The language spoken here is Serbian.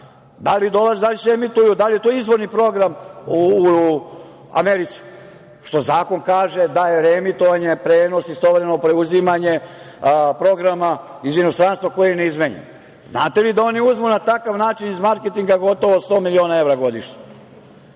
tek tako? Da li se emituju? Da li je to izvorni program u Americi? Što zakon kaže, da je reemitovanje prenos, istovremeno preuzimanje programa iz inostranstva koji je neizmenjen. Znate li da oni uzmu na takav način iz marketinga gotovo 100 miliona evra godišnje,